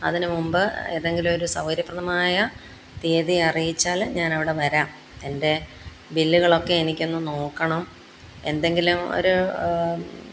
അതിനു മുമ്പ് ഏതെങ്കിലും ഒരു സൗകര്യപ്രദമായ തീയതി അറിയിച്ചാൽ ഞാനവിടെ വരാം എൻ്റെ ബില്ലുകളൊക്കെ എനിക്കൊന്ന് നോക്കണം എന്തെങ്കിലും ഒരു